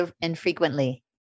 infrequently